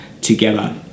together